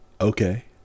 okay